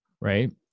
right